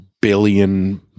billion